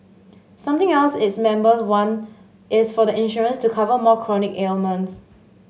something else its members want is for the insurance to cover more chronic ailments